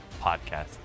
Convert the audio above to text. podcast